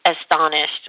astonished